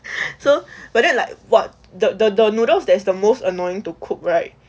so but that like what the the the noodles there's the most annoying to cook right